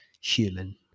human